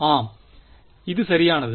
ஆம் இது சரியானது